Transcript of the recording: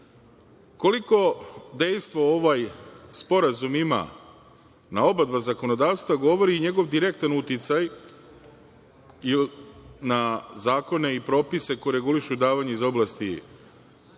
dejstvo ovaj sporazum ima na obadva zakonodavstva govori i njegov direktan uticaj na zakone i propise koji regulišu davanja iz oblasti